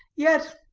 yet,